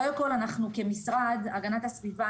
קודם כל אנחנו כמשרד הגנת הסביבה,